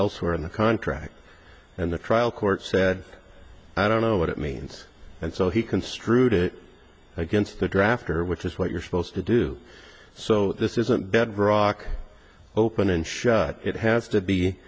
elsewhere in the contract and the trial court said i don't know what it means and so he construed it against the drafter which is what you're supposed to do so this isn't bedrock open and shut it has to be